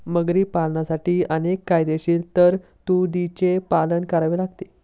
मगरी पालनासाठी अनेक कायदेशीर तरतुदींचे पालन करावे लागते